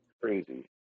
Crazy